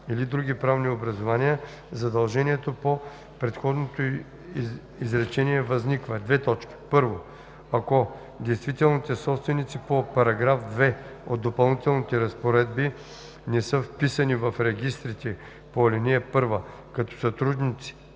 или други правни образувания, задължението по предходното изречение възниква: 1. ако действителните собственици по § 2 от допълнителните разпоредби не са вписани в регистрите по ал. 1 като съдружници